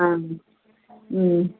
ஆ ம்